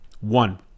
One